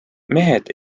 mehed